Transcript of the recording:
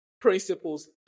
principles